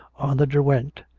on the derwent,